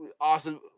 awesome